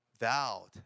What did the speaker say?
vowed